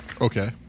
Okay